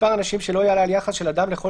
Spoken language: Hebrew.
מספר אנשים שלא יעלה על יחס של אדם לכל